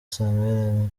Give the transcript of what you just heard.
samuel